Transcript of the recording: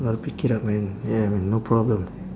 got to pick it up man ya man no problem